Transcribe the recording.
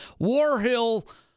Warhill